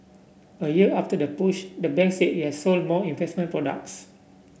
a year after the push the bank said it has sold more investment products